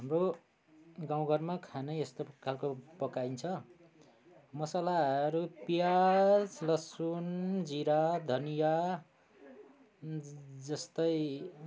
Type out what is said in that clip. हाम्रो गाउँघरमा खाना यस्तो खालको पकाइन्छ मसलाहरू प्याज लसुन जिरा धनियाँ जस्तै